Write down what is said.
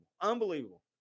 Unbelievable